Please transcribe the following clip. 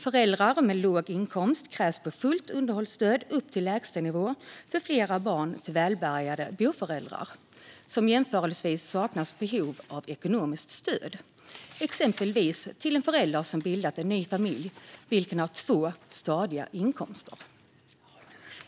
Föräldrar med låg inkomst krävs på fullt underhållsstöd upp till lägstanivån för flera barn till välbärgade boföräldrar som jämförelsevis saknar behov av ekonomiskt stöd, exempelvis till en förälder som bildat en ny familj vilken har två stadiga inkomster.